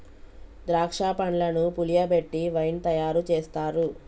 ద్రాక్ష పండ్లను పులియబెట్టి వైన్ తయారు చేస్తారు